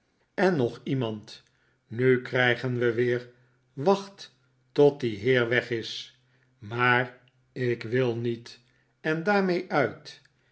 en nog iemand nu krijgen we weer wacht tot die heer weg is maar ik wil niet en daarmee uit